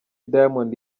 diamond